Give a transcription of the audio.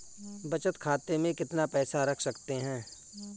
बचत खाते में कितना पैसा रख सकते हैं?